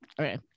Okay